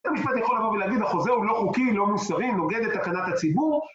בית המשפט יכול לבוא ולהגיד החוזה הוא לא חוקי, לא מוסרי, נוגד את תקנת הציבור